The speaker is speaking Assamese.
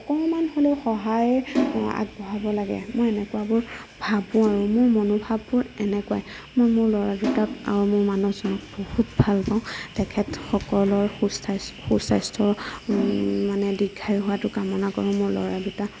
অকমাণ হ'লেও সহায় আগবঢ়াব লাগে মোৰ এনেকুৱাবোৰ ভাৱবোৰ মোৰ মনোভাৱবোৰ এনেকুৱা মই মোৰ ল'ৰা দুটাক আৰু মোৰ মানুহজনক বহুত ভাল পাওঁ তেখেতসকলৰ সুস্বা সুস্বাস্থ্য মানে দীৰ্ঘায়ু হোৱাটো কামনা কৰো মোৰ ল'ৰা দুটা